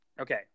Okay